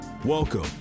Welcome